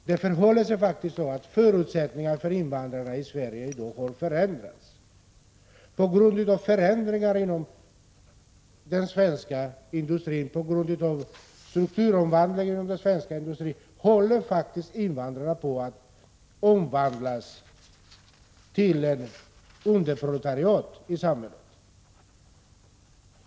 Det förhåller sig faktiskt så att förutsättningarna för invandrarna i Sverige i dag har förändrats. På grund av strukturomvandlingen inom den svenska industrin håller invandrarna på att omvandlas till ett underproletariat i samhället.